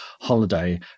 holiday